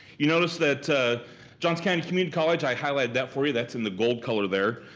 you notice that johnson county community college, i highlighted that for you. that's in the gold color there.